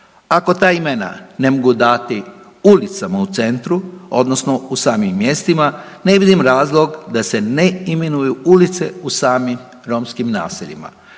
Ako ta imena ne mogu dati ulicama u centru odnosno u samim mjestima ne vidim razlog da se ne imenuju ulice u samim romskim naseljima.